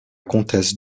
comtesse